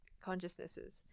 consciousnesses